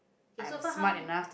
okay so far how many